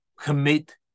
commit